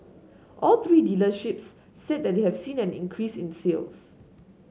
all three dealerships said that they have seen an increase in sales